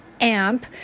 Amp